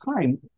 time